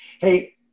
hey